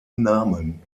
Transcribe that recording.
namen